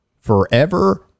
Forever